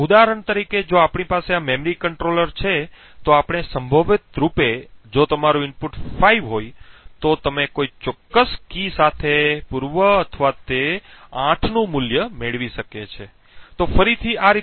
તો ઉદાહરણ તરીકે જો આપણી પાસે આ મેમરી કંટ્રોલર છે તો આપણે સંભવત રૂપે જો તમારું ઇનપુટ 5 હોય તો તમે કોઈ ચોક્કસ કી સાથે પૂર્વ અથવા તે 8 નું મૂલ્ય મેળવી શકીએ છીએ